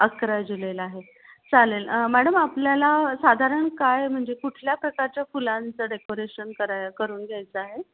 अकरा जुलैला आहे चालेल मॅडम आपल्याला साधारण काय म्हणजे कुठल्या प्रकारच्या फुलांचं डेकोरेशन कराय करून घ्यायचं आहे